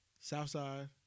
Southside